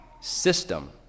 system